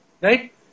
right